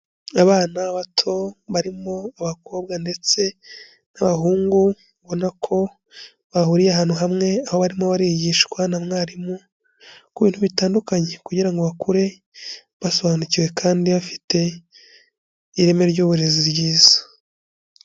Abana bato barimo abakobwa ndetse n'abahungu, ubona ko bahuriye ahantu hamwe, aho abarimo barigishwa na mwarimu ku bintu bitandukanye, kugira ngo bakure basobanukiwe kandi bafite ireme ry'uburezi ryiza.